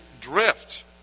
drift